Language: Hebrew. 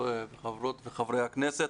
חברות וחברי הכנסת,